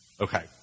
Okay